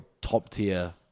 top-tier